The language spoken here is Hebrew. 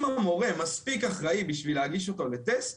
אם המורה מספיק אחראי בשביל להגיש אותו לטסט,